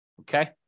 Okay